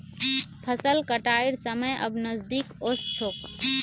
फसल कटाइर समय अब नजदीक ओस छोक